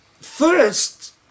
first